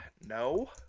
No